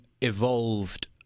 evolved